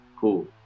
Cool